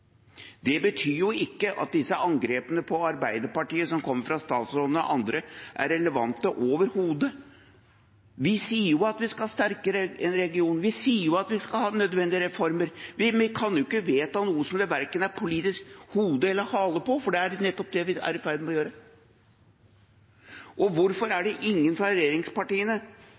Det betyr jo ikke at disse angrepene på Arbeiderpartiet som kommer fra statsråden og andre, overhodet er relevante. Vi sier at vi skal ha sterke regioner, vi sier at vi skal ha nødvendige reformer, men vi kan ikke vedta noe som det verken er politisk hode eller hale på – for det er nettopp det vi er i ferd med å gjøre. Hvorfor er det ingen fra regjeringspartiene